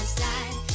side